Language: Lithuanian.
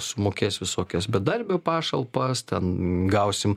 sumokės visokias bedarbio pašalpas ten gausim